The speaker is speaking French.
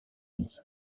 unis